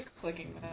clicking